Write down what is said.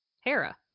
Hera